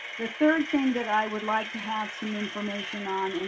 the third thing that i would like to have some information on,